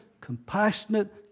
compassionate